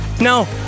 no